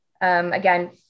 Again